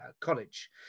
college